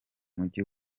mujyi